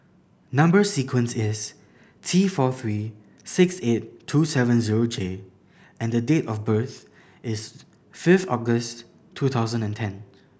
number sequence is T four three six eight two seven zero J and the date of birth is five August two thousand and ten